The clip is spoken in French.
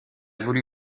voulu